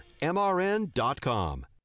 MRN.com